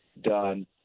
done